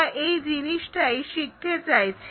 আমরা এই জিনিসটাই শিখতে চাই